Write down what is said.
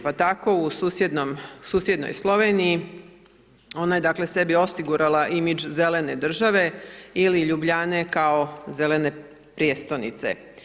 Pa tako u susjednoj Sloveniji, ona je dakle sebi osigurala imidž zelene države ili Ljubljane kao zelene prijestolnice.